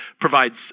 provides